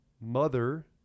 mother